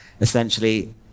Essentially